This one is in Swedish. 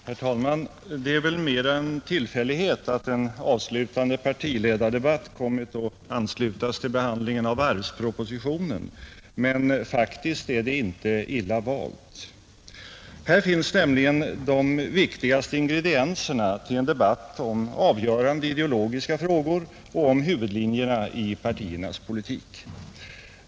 Herr talman! Det är väl mer en tillfällighet att en avslutande partiledardebatt kommit att anslutas till behandlingen av varvspropositionen, men faktiskt är tillfället inte illa valt. Här finns nämligen de viktigaste ingredienserna till en debatt om avgörande ideologiska frågor och om huvudlinjerna i partiernas politik.